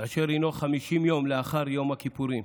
אשר הינו 50 יום לאחר יום הכיפורים.